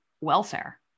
welfare